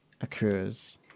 occurs